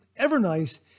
Evernice